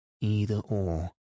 either-or